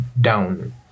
down